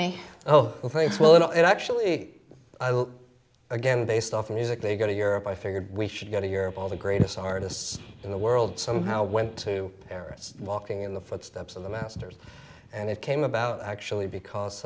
me oh well thanks well actually again based off music they go to europe i figured we should go to europe all the greatest artists in the world somehow went to paris walking in the footsteps of the masters and it came about actually because